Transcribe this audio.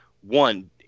One